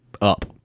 up